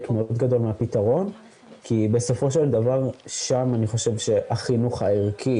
מאוד גדול מהפתרון כי בסופו של דבר שם אני חושב שהחינוך הערכי